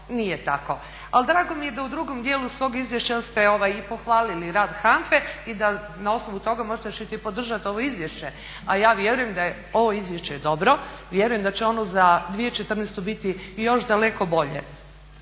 nije tako, ali drago mi je da u drugom dijelu svog izvješća ste i pohvalili rad HANFA-e i da na osnovu toga možda ćete i podržati ovo izvješće, a ja vjerujem da je ovo izvješće dobro. Vjerujem da će ono za 2014. biti još daleko bolje.